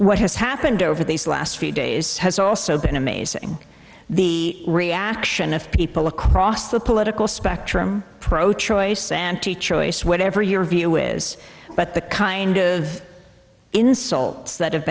what has happened over these last few days has also been amazing the reaction of people across the political spectrum pro choice santy choice whatever your view is but the kind of insults that have